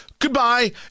Goodbye